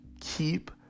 Keep